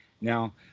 Now